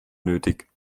nötig